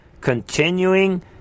continuing